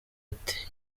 ati